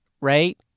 right